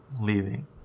leaving